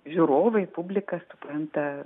žiūrovai publika supranta